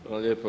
Hvala lijepo.